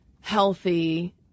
healthy